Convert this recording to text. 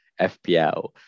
FPL